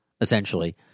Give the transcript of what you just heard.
essentially